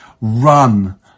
Run